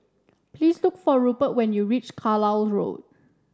please look for Rupert when you reach Carlisle Road